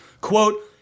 Quote